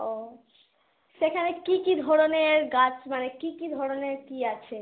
ও সেখানে কী কী ধরনের গাছ মানে কী কী ধরনের কী আছে